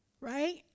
right